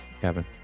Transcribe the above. Kevin